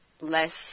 less